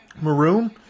Maroon